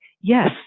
yes